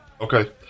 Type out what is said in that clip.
Okay